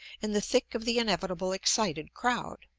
in the thick of the inevitable excited crowd.